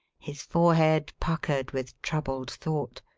his forehead puckered with troubled thought,